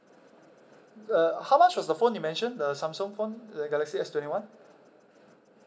uh how much was the phone you mentioned the Samsung phone the galaxy S twenty one